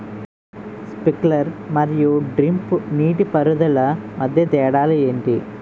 Sprinkler మరియు drip నీటిపారుదల మధ్య తేడాలు ఏంటి?